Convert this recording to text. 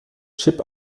chip